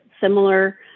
similar